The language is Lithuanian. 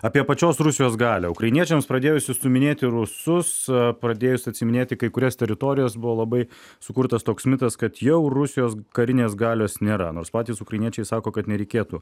apie pačios rusijos galią ukrainiečiams pradėjus išstūminėti rusus pradėjus atsiiminėti kai kurias teritorijas buvo labai sukurtas toks mitas kad jau rusijos karinės galios nėra nors patys ukrainiečiai sako kad nereikėtų